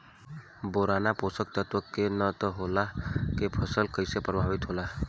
Boron पोषक तत्व के न होला से फसल कइसे प्रभावित होला?